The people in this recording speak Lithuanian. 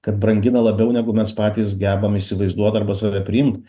kad brangina labiau negu mes patys gebam įsivaizduot arba save priimt